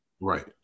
Right